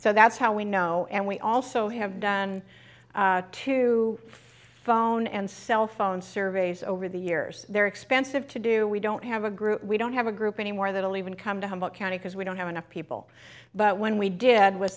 so that's how we know and we also have done two phone and cell phone surveys over the years they're expensive to do we don't have a group we don't have a group anymore they don't even come to humboldt county because we don't have enough people but when we did w